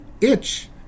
itch